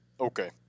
Okay